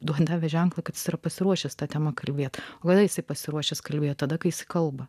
duoti davė ženklą kad yra pasiruošęs ta tema kalbėti kada esi pasiruošęs kalbėti tada kai kalba